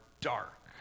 dark